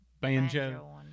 Banjo